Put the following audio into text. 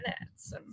minutes